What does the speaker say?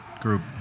group